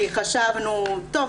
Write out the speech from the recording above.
כי חשבנו 'טוב,